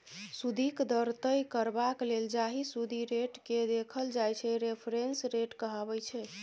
सुदिक दर तय करबाक लेल जाहि सुदि रेटकेँ देखल जाइ छै रेफरेंस रेट कहाबै छै